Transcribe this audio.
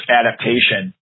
adaptation